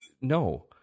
No